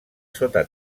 sota